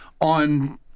on